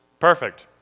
Perfect